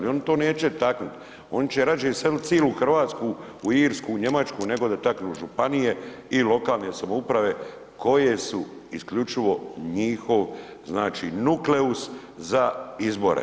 I oni to neće taknut, oni će rađe iselit cilu Hrvatsku u Irsku, u Njemačku nego da taknu županije i lokalne samouprave koje su isključivo njihov znači nukleus za izbora.